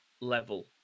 level